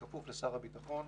כפוף לשר הביטחון,